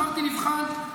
אמרתי, נבחן.